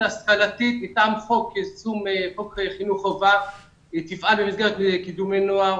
השכלתית מטעם חוק יישום חוק חינוך חובה והיא תפעל במסגרת קידומי נוער.